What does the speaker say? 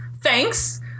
Thanks